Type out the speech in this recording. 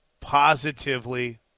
positively